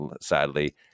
sadly